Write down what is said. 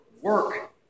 work